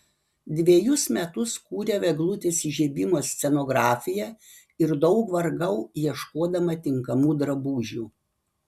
dvejus metus kūriau eglutės įžiebimo scenografiją ir daug vargau ieškodama tinkamų drabužių